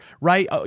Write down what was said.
right